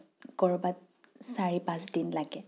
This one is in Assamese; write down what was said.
ক'ৰবাত চাৰি পাঁচদিন লাগে